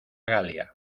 galia